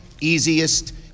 easiest